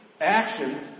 action